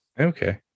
Okay